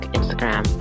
Instagram